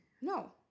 no